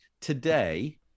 today